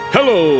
Hello